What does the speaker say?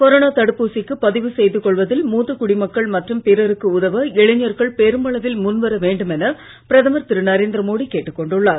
corona தடுப்பூசிக்கு பதிவு செய்து கொள்வதில் மூத்த குடிமக்கள் மற்றும் பிறருக்கு உதவ இளைஞர்கள் பெருமளவில் முன் வர வேண்டும் என பிரதமர் திரு நரேந்திர மோடி கேட்டுக் கொண்டுள்ளார்